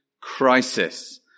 crisis